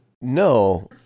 no